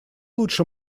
лучше